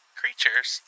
creatures